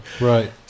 Right